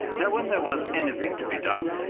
now when there was anything to be done,